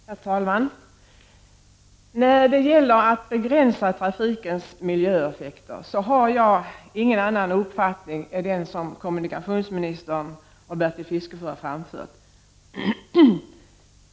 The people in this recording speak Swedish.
Herr talman! När det gäller att begränsa trafikens miljöeffekter har jag ingen annan uppfattning än den kommunikationsministern och Bertil Fiskesjö har framfört.